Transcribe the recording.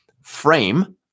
frame